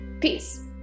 Peace